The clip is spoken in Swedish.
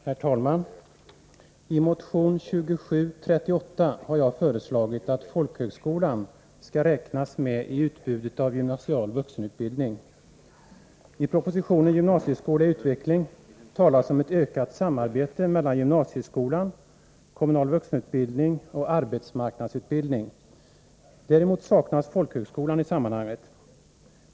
Herr talman! I motion 2738 har jag föreslagit att folkhögskolan skall räknas med i utbudet av gymnasial vuxenutbildning. I propositionen Gymnasieskola i utveckling talas om ett ökat samarbete mellan gymnasieskolan, den kommunala vuxenutbildningen och arbetsmarknadsutbildningen . Däremot saknas folkhögskolan i sammanhanget.